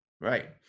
right